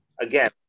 again